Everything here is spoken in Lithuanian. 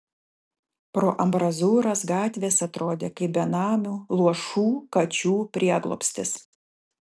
pro ambrazūras gatvės atrodė kaip benamių luošų kačių prieglobstis